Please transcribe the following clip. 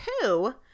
two